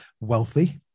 wealthy